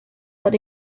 but